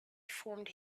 formed